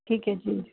ਠੀਕ ਐ ਜੀ